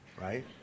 right